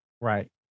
Right